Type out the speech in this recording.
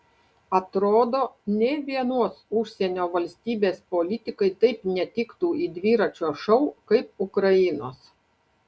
atrodo nė vienos užsienio valstybės politikai taip netiktų į dviračio šou kaip ukrainos